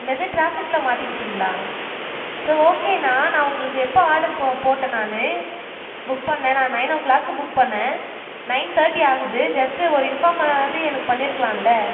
என்னது டிராஃபிக்கில் மாட்டிக்கிட்டீங்களா ஸோ ஓகேண்ணா நான் உங்களுக்கு எப்போது ஆர்டர் போ போட்டேன் நான் புக் பண்ணிணேன் நான் நைன் ஓ கிளாக் புக் பண்ணிணேன் நைன் தர்ட்டி ஆகுது ஜஸ்ட் ஒரு இன்ஃபார்மாவது எனக்கு பண்ணிருக்கலாம்ல்ல